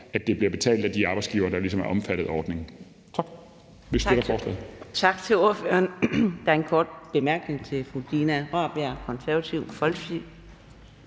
at det bliver betalt af de arbejdsgivere, der ligesom er omfattet af ordningen. Tak. Kl. 11:43 Anden næstformand (Karina Adsbøl): Tak til ordføreren. Der er en kort bemærkning til fru Dina Raabjerg, Det Konservative Folkeparti.